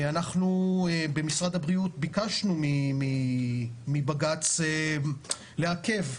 אנחנו במשרד הבריאות ביקשנו מבג"ץ לעכב.